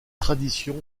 tradition